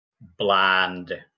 bland